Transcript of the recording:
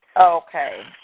Okay